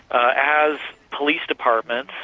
as police departments,